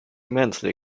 immensely